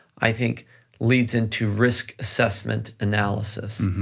i think leads into risk assessment analysis.